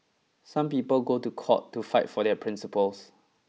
some people go to court to fight for their principles